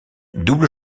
double